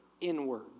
inward